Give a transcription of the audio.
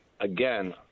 again